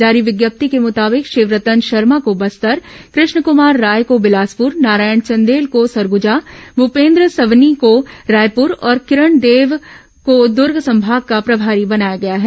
जारी विज्ञप्ति के मुताबिक शिवरतन शर्मा को बस्तर कृष्ण कमार राय को बिलासपुर नारायण चंदेल को सरगुजा भूपेन्द्र सवन्नी को रायपुर और किरण देव को दुर्ग संभाग का प्रभारी बनाया गया है